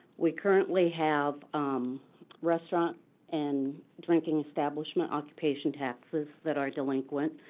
we currently have restaurant and drinking establishment occupation taxes that are delinquent.